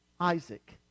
Isaac